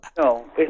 No